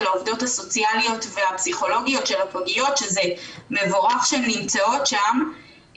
העובדות הסוציאליות והפסיכולוגיות של הפגיות שזה מבורך שהן נמצאות שם,